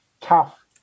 tough